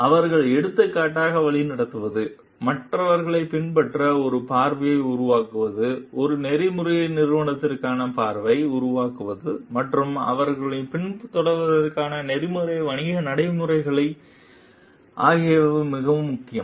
அவர்கள் எடுத்துக்காட்டாக வழிநடத்துவது மற்றவர்கள் பின்பற்ற ஒரு பார்வையை உருவாக்குவது ஒரு நெறிமுறை நிறுவனத்திற்கான பார்வையை உருவாக்குவது மற்றும் மற்றவர்கள் பின்பற்றுவதற்கான நெறிமுறை வணிக நடைமுறைகள் ஆகியவை மிகவும் முக்கியம்